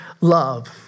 love